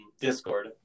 Discord